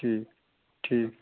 ٹھیٖک ٹھیٖک